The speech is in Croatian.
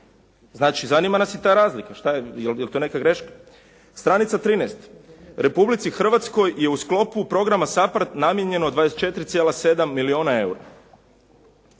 Znači, zanima nas i ta razlika šta je, jel' to neka greška? Stranica 13. Republici Hrvatskoj je u sklopu programa SAPARD namijenjeno 24,7 milijuna eura.